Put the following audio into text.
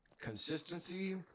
consistency